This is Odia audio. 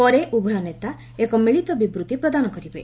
ପରେ ଉଭୟ ନେତା ଏକ ମିଳିତ ବିବୃତ୍ତି ପ୍ରଦାନ କରିବେ